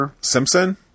Simpson